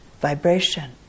vibration